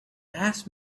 asked